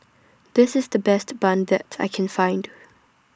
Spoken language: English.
This IS The Best Bun that I Can Find